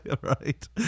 Right